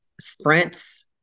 sprints